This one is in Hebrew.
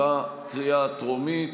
בקריאה הטרומית.